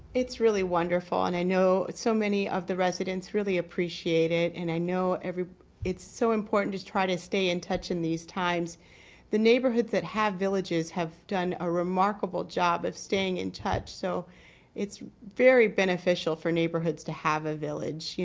it's really wonderful and i know so many of the residents really appreciated and i know every it's so important to try to stay in touch in these times the neighborhoods that have villages have done a remarkable job of staying in touch. so it's very beneficial for neighborhoods to have a village, yeah